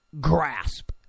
grasp